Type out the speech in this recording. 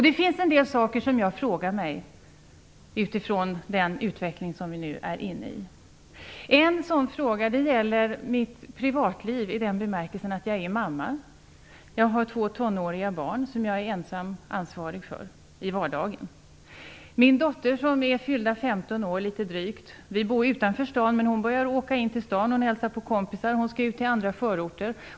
Det finns en del saker som jag frågar mig utifrån den utveckling vi nu är inne i. En sådan fråga gäller mitt privatliv i den bemärkelsen att jag är mamma. Jag har två tonåriga barn som jag ensam är ansvarig för i vardagen. Min dotter är fyllda 15 år. Vi bor utanför stan, men hon börjar åka in till stan för att hälsa på kompisar. Hon skall ut till andra förorter.